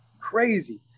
crazy